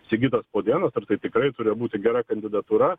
sigitas podėnas ir tai tikrai turėjo būti gera kandidatūra